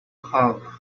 have